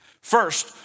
First